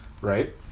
Right